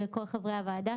ולכל חברי הוועדה,